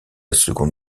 seconde